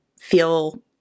feel